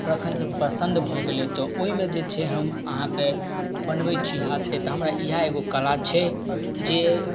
तखन से पसन्द भऽ गेलय तऽ ओइमे जे छै हम अहाँके बनबय छी हाथसँ तऽ हमरा इएह एगो कला छै जे